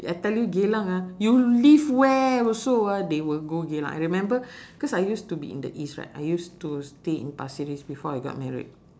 I tell you geylang ah you live where also ah they will go geylang I remember cause I used to be in the east right I used to stay in pasir ris before I got married